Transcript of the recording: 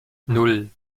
nan